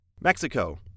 Mexico